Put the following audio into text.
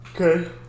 okay